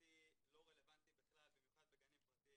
לדעתי לא רלבנטי בכלל בעיקר בגנים פרטיים.